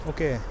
Okay